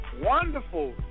wonderful